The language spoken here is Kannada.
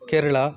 ಕೇರಳ